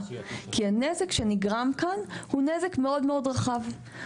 כי הנזק שנגרם כאן הוא מאוד מאוד רחב.